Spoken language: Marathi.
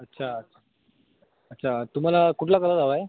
अच्छा अच्छा तुम्हाला कुठला कलर हवा आहे